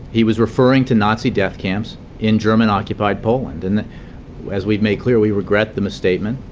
he was referring to nazi death camps in german occupied poland. and as we made clear, we regret the misstatement,